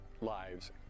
lives